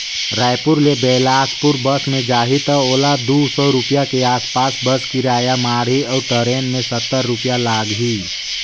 रायपुर ले बेलासपुर बस मे जाही त ओला दू सौ रूपिया के आस पास बस किराया माढ़ही अऊ टरेन मे सत्तर रूपिया लागही